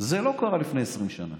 זה לא קרה לפני 20 שנה.